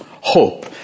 hope